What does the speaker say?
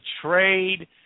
trade